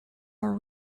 are